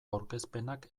aurkezpenak